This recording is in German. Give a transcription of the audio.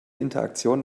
interaktion